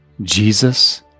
Jesus